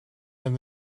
and